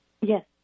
Yes